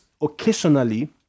occasionally